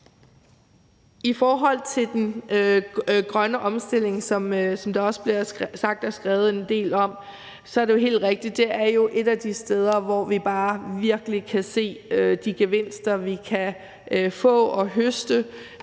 I forhold til den grønne omstilling, som der også bliver sagt og skrevet en del om, er det jo helt rigtigt, at det er et af de steder, hvor vi bare virkelig kan se de gevinster, vi kan få og høste